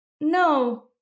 No